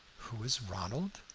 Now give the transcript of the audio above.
who is ronald?